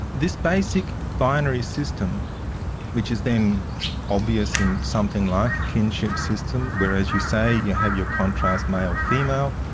this basic binary system which is then obvious in something like a kinship system, where as you say, you have your contrast male or female,